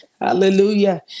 Hallelujah